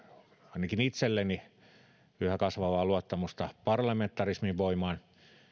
ainakin itselleni yhä kasvavaa luottamusta parlamentarismin voimaan